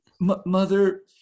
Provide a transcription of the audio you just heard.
Mother